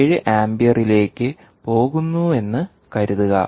7 ആമ്പിയറിലേക്ക് പോകുന്നുവെന്ന് കരുതുക